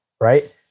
right